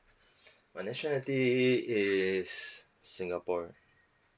my nationalty is singapore